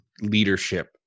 leadership